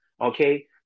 Okay